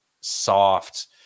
soft